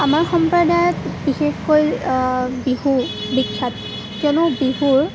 আমাৰ সম্প্ৰদায়ত বিশেষকৈ বিহু বিখ্যাত কিয়নো বিহুৰ